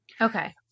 Okay